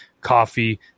coffee